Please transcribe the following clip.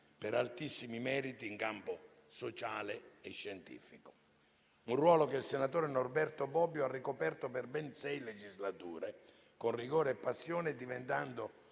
per altissimi meriti in campo sociale e scientifico; un ruolo che il senatore Norberto Bobbio ha ricoperto per ben sei legislature, con rigore e passione, diventando